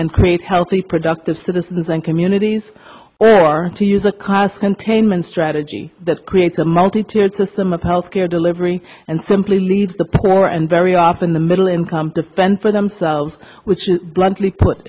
and create healthy productive citizens and communities or to use a cost containment strategy that creates a multi tiered system of health care delivery and simply leads the poor and very often the middle income to fend for themselves which is bluntly put